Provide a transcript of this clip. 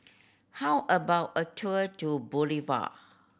how about a tour to Bolivia